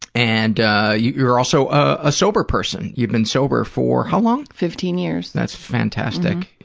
and you're also a sober person. you've been sober for how long? fifteen years. that's fantastic.